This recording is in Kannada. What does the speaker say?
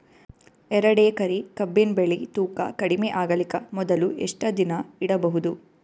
ಎರಡೇಕರಿ ಕಬ್ಬಿನ್ ಬೆಳಿ ತೂಕ ಕಡಿಮೆ ಆಗಲಿಕ ಮೊದಲು ಎಷ್ಟ ದಿನ ಇಡಬಹುದು?